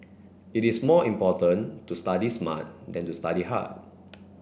it is more important to study smart than to study hard